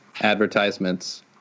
Advertisements